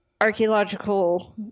archaeological